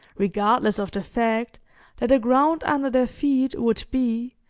regardless of the fact that the ground under their feet would be,